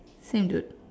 can do it